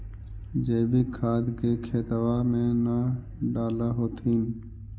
जैवीक खाद के खेतबा मे न डाल होथिं?